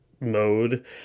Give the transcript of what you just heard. mode